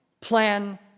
plan